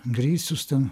gricius ten